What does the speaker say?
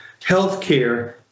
healthcare